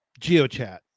GeoChat